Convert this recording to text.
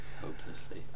Hopelessly